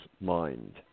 mind